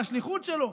מה השליחות שלנו.